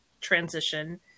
transition